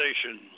station